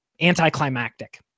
anticlimactic